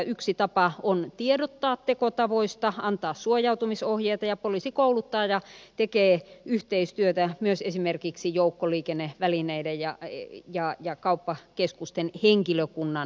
yksi tapa on tiedottaa tekotavoista antaa suojautumisohjeita ja poliisi kouluttaa ja tekee yhteistyötä myös esimerkiksi joukkoliikennevälineiden ja kauppakeskusten henkilökunnan kanssa